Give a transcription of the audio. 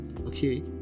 okay